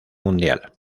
mundial